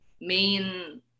main